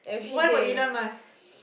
what about Elon-Musk